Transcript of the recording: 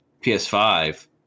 PS5